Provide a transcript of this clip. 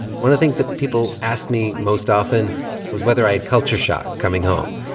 one of the things that people asked me most often was whether i had culture shock coming home.